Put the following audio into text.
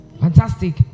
Fantastic